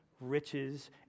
riches